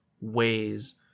ways